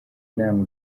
inama